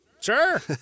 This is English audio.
Sure